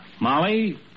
Molly